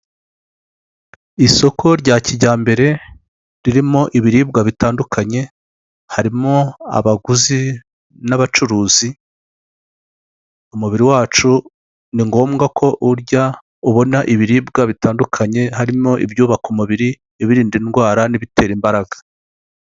isoko rya kijyambere ririmo ibiribwa bitandukanye, harimo abaguzi n'abacuruzi, umubiri wacu ni ngombwa ko urya, ubona ibiribwa bitandukanye harimo ibyubaka umubiri, ibirinda indwara n'ibitera imbaraga.